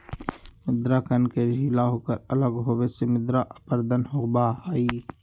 मृदा कण के ढीला होकर अलग होवे से मृदा अपरदन होबा हई